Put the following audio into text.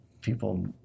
people